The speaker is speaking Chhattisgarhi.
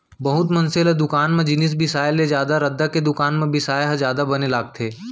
बहुत मनसे ल दुकान म जिनिस बिसाय ले जादा रद्दा के दुकान म बिसाय ह जादा बने लागथे